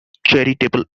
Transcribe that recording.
charitable